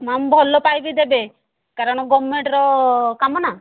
madam ଭଲ pipe ଦେବେ କାରଣ ଗଭର୍ଣ୍ଣମେଣ୍ଟର କାମ ନା